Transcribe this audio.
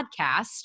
podcast